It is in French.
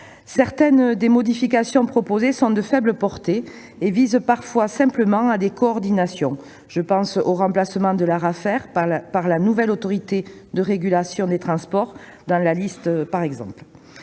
Certaines des modifications proposées ont une faible portée et visent parfois à procéder à de simples coordinations. Je pense au remplacement de l'Arafer par la nouvelle Autorité de régulation des transports dans la liste par exemple